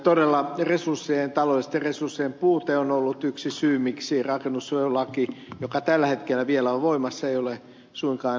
todella taloudellisten resurssien puute on ollut yksi syy miksi rakennussuojelulaki joka tällä hetkellä vielä on voimassa ei ole suinkaan aina toteutunut